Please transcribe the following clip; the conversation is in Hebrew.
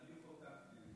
אני חוקקתי את זה.